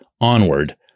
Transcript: onward